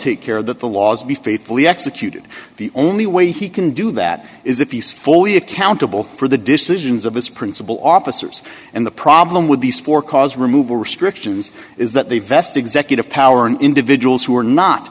take care that the laws be faithfully executed the only way he can do that is if he's fully accountable for the decisions of his principal officers and the problem with these four cause removal restrictions is that they vest executive power in individuals who are not